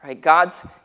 God's